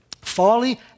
folly